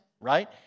right